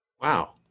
Wow